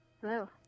Hello